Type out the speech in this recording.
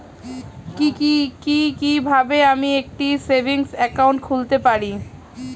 কি কিভাবে আমি একটি সেভিংস একাউন্ট খুলতে পারি?